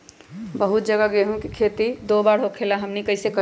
बहुत जगह गेंहू के खेती दो बार होखेला हमनी कैसे करी?